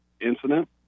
incident